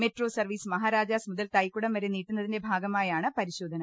metro service Maharajas മുതൽ തൈക്കുടം വരെ നീട്ടുന്നതിന്റെ ഭാഗമായാണ് പരിശോധന